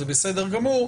זה בסדר גמור,